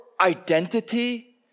identity